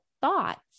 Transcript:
thoughts